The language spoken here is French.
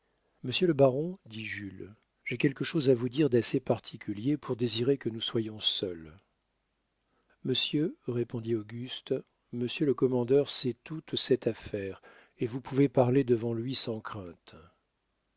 monsieur le baron dit jules j'ai quelque chose à vous dire d'assez particulier pour désirer que nous soyons seuls monsieur répondit auguste monsieur le commandeur sait toute cette affaire et vous pouvez parler devant lui sans crainte